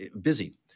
busy